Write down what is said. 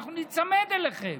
אנחנו ניצמד אליכם